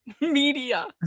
media